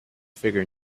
figure